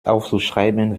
aufzuschreiben